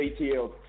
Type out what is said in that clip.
ATL